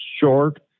short